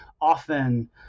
often